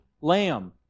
lamb